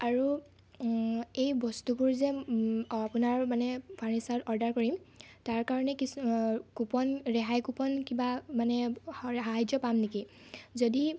আৰু এই বস্তুবোৰ যে আপোনাৰ মানে ফাৰ্ণিচাৰ অৰ্ডাৰ কৰিম তাৰ কাৰণে কিছুমান কুপন ৰেহাই কুপন কিবা মানে সাহাৰ্য্য় পাম নেকি যদি